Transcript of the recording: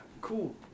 cool